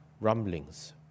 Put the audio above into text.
rumblings